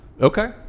Okay